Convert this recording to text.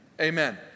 Amen